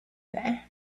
that